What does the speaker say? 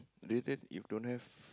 radiant if don't have